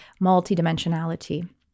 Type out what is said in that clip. multidimensionality